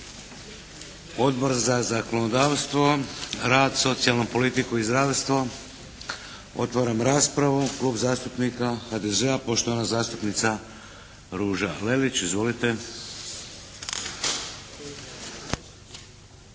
Odbor za zakonodavstvo, rad, socijalnu politiku i zdravstvo? Otvaram raspravu. Klub zastupnika HDZ-a poštovana zastupnica Ruža Lelić. Izvolite!